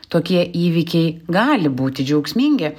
tokie įvykiai gali būti džiaugsmingi